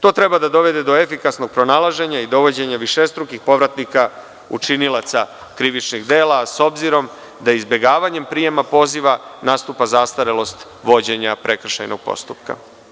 To treba da dovede do efikasnog pronalaženja i dovođenja višestrukih povratnika učinalaca krivičnih dela, s obzirom da izbegavanjem prijema poziva nastupa zastarelost vođenja prekršajnog postupka.